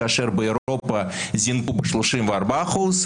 כאשר באירופה זינקו ב-34%,